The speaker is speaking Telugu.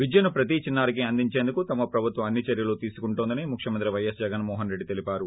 విద్యను ప్రతీ చిన్నా రికి అందించేందుకు తమ ప్రభుత్వం అన్ని చర్యలు తీసుకుంటోందని ముఖ్యమంత్రి వైఎస్ జగన్మోహన్ రెడ్డి తేలీపారు